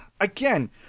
again